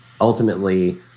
ultimately